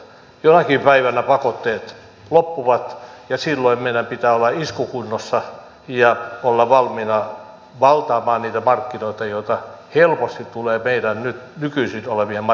jonakin päivänä pakotteet loppuvat ja silloin meidän pitää olla iskukunnossa ja olla valmiina valtaamaan niitä markkinoita joita helposti tulee meidän nykyisten markkinoiden tilalle